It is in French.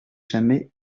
jamais